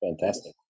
fantastic